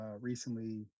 recently